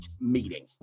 meeting